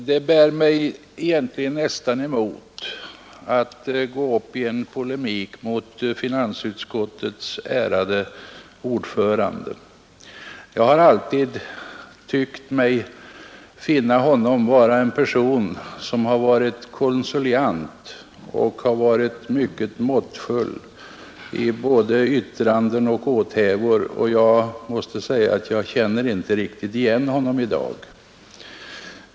Herr talman! Det bär mig nästan emot att gå i polemik med finansutskottets ärade ordförande. Jag har alltid funnit honom konciliant och måttfull i både yttranden och åthävor. Jag känner inte riktigt igen honom i dag.